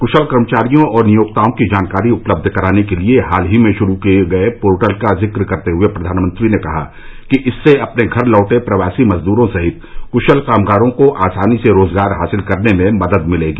कुशल कर्मचारियों और नियोक्ताओं की जानकारी उपलब्ध कराने के लिए हाल ही में शुरू किए गए पोर्टल का जिक्र करते हुए प्रधानमंत्री ने कहा कि इससे अपने घर लौटे प्रवासी मजदूरों सहित कुशल कामगारों को आसानी से रोजगार हासिल करने में मदद मिलेगी